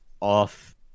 off